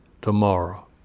tomorrow